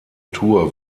tour